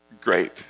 Great